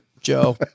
Joe